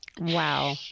Wow